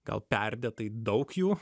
gal perdėtai daug jų